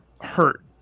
hurt